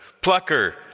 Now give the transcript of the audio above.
plucker